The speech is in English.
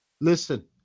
Listen